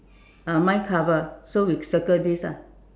uh mine cover so we circle this ah